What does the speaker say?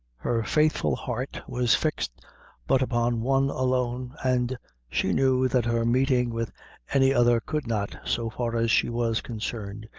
her faithful heart was fixed but upon one alone, and she knew that her meeting with any other could not, so far as she was concerned,